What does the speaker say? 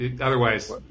otherwise